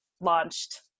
launched